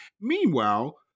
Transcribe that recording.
Meanwhile